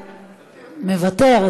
מוותר.